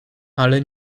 ale